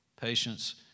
patience